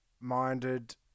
Minded